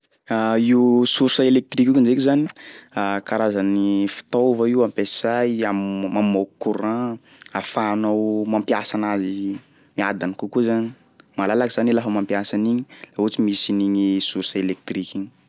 Io source elektriky io kindraiky zany karazany fitaova io ampiasay am- mamoaky courant ahafahanao mampiasa anazy miadany kokoa zany, malalaky zany iha lafa mampiasa an'igny laha ohatry misy an'igny source elektriky igny.